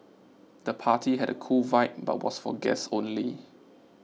the party had a cool vibe but was for guests only